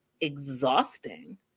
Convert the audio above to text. exhausting